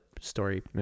story